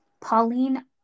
Pauline